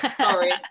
sorry